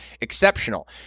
Exceptional